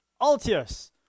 Altius